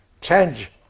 change